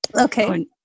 okay